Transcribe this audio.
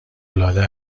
العاده